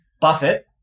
Buffett